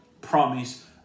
promise